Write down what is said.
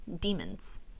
demons